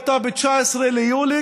הייתה ב-19 ביולי,